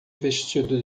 vestido